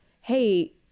hey